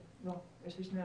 עמית.